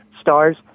stars